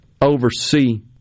oversee